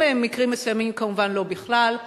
במקרים מסוימים, כמובן לא בכלל.